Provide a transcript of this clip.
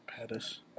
Pettis